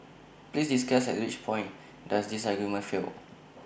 please discuss at which point does this argument fail